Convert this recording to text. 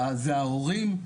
זה ההורים,